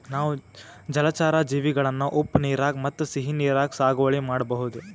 ನಾವ್ ಜಲಚರಾ ಜೀವಿಗಳನ್ನ ಉಪ್ಪ್ ನೀರಾಗ್ ಮತ್ತ್ ಸಿಹಿ ನೀರಾಗ್ ಸಾಗುವಳಿ ಮಾಡಬಹುದ್